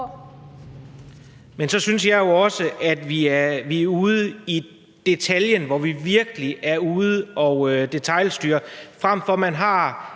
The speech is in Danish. Men så synes jeg også, at vi er ude i detaljen. Vi er virkelig ude i at detailstyre, frem for at man har